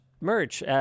merch